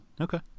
Okay